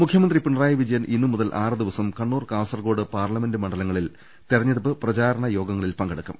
മുഖ്യമന്ത്രി പിണറായി വിജയൻ ഇന്നുമുതൽ ആറ് ദിവസം കണ്ണൂർ കാസർകോട് പാർലിമെന്റ് മണ്ഡലങ്ങളിൽ തിരഞ്ഞെടുപ്പ് പ്രചരണ യോഗങ്ങളിൽ പങ്കെടുക്കും